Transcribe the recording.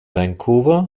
vancouver